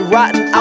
Rotten